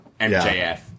MJF